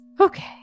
okay